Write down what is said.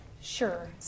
Sure